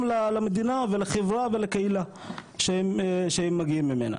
למדינה ולחברה ולקהילה שהם מגיעים ממנה.